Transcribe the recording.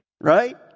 Right